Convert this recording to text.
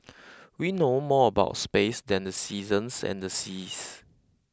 we know more about space than the seasons and the seas